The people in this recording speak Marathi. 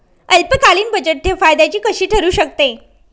अल्पकालीन बचतठेव फायद्याची कशी ठरु शकते?